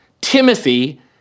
Timothy